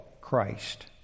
Christ